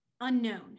unknown